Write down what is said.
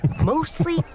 Mostly